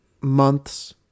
months